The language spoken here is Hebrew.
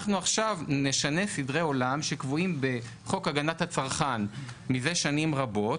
אנחנו עכשיו נשנה סדרי עולם שקבועים בחוק הגנת הצרכן מזה שנים רבות,